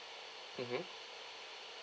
mmhmm